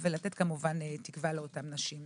ולתת תקווה לאותן נשים.